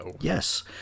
Yes